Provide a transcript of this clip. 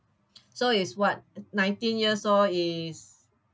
so is what nineteen years old is